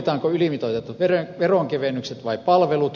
valitaanko ylimitoitetut veronkevennykset vai palvelut